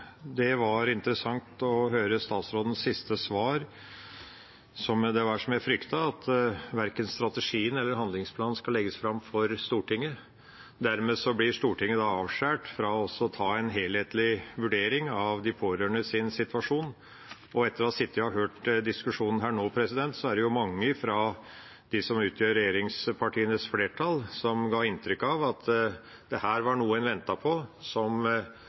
som jeg fryktet, at verken strategien eller handlingsplanen skal legges fram for Stortinget. Dermed blir Stortinget avskåret fra å ta en helhetlig vurdering av de pårørendes situasjon. Etter å ha sittet og hørt på diskusjonen nå: Mange av dem som utgjør regjeringspartienes flertall, ga inntrykk av at dette var noe en ventet skulle komme til Stortinget, slik at Stortinget kunne behandle det. Men nå sier statsråden: Nei, dette er en intern plan som